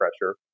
pressure